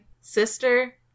Sister